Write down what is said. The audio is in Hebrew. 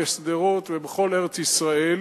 בשדרות ובכל ארץ-ישראל,